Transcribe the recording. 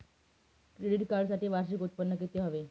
Credit कार्डसाठी वार्षिक उत्त्पन्न किती हवे?